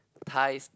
ties